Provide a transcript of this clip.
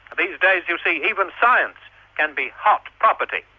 these days, you see, even science can be hot property.